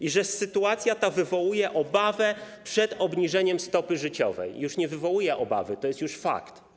I że „sytuacja ta wywołuje obawę przed obniżeniem stopy życiowej” - już nie wywołuje obawy, to jest już fakt.